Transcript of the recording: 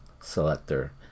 selector